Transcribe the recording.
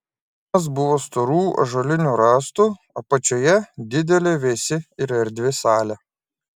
namas buvo storų ąžuolinių rąstų apačioje didelė vėsi ir erdvi salė